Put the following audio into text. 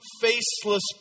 faceless